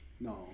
No